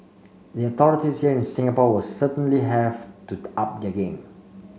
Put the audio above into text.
the authorities here in Singapore will certainly have to up their game